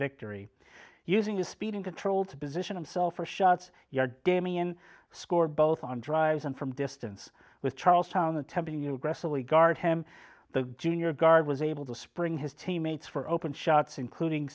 victory using the speed in control to position himself for shots your damien score both on drives and from distance with charlestown attempting you resolutely guard him the junior guard was able to spring his teammates for open shots including